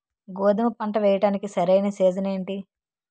గోధుమపంట వేయడానికి సరైన సీజన్ ఏంటి?